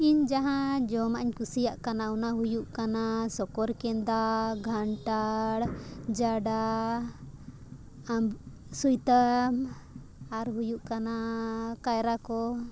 ᱤᱧ ᱡᱟᱦᱟᱸ ᱡᱚᱢᱟᱜ ᱤᱧ ᱠᱩᱥᱤᱭᱟᱜ ᱠᱟᱱᱟ ᱚᱱᱟ ᱦᱩᱭᱩᱜ ᱠᱟᱱᱟ ᱥᱚᱠᱚᱨ ᱠᱮᱱᱫᱟ ᱜᱷᱟᱱᱴᱟᱲ ᱡᱟᱰᱟ ᱥᱩᱭᱛᱟᱢ ᱟᱨ ᱦᱩᱭᱩᱜ ᱠᱟᱱᱟ ᱠᱟᱭᱨᱟ ᱠᱚ